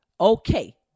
Okay